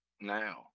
now